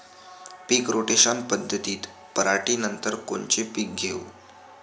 पीक rotation पद्धतीत पराटीनंतर कोनचे पीक घेऊ?